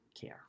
care